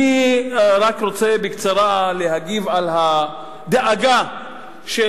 אני רק רוצה בקצרה להגיב על הדאגה של